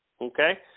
Okay